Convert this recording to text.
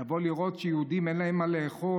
לבוא לראות יהודים שאין להם מה לאכול.